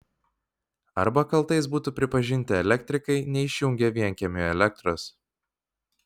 arba kaltais būtų pripažinti elektrikai neišjungę vienkiemiui elektros